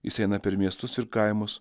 jis eina per miestus ir kaimus